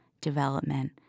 development